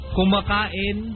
Kumakain